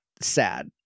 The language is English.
sad